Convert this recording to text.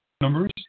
numbers